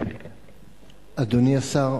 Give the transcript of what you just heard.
אדוני השר,